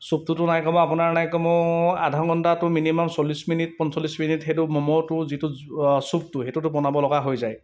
চ্য়ুপটোতো নাই কমেও আপোনাৰ নাই কমেও আধা ঘণ্টাটো মিনিমাম চল্লিছ মিনিট পঞ্চল্লিছ মিনিট সেইটো ম'ম'টো যিটো চ্য়ুপটো সেইটোতো বনাব লগা হৈ যায়